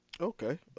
okay